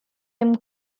him